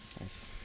Nice